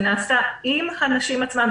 זה נעשה עם האנשים עצמם,